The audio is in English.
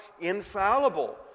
infallible